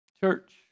Church